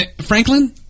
Franklin